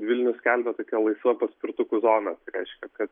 vilnius skelbia tokia laisva paspirtukų zonas tai reiškia kad